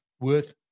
worth